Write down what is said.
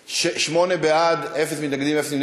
ההצעה להעביר את הנושא